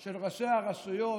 של ראשי הרשויות,